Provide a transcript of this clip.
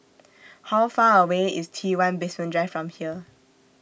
How Far away IS T one Basement Drive from here